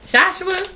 Joshua